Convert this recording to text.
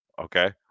Okay